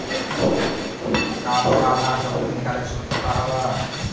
का तोरा आधार जोखिम निकाले के सूत्र पता हवऽ?